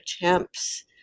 attempts